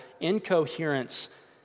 incoherence